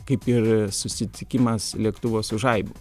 kaip ir susitikimas lėktuvo su žaibu